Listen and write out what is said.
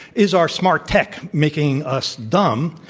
is our smart tech making us dumb,